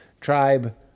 tribe